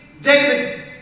David